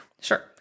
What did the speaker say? Sure